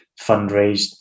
fundraised